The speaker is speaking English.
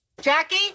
Jackie